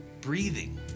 breathing